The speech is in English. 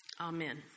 Amen